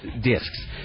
discs